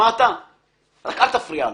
אל תפריע לי.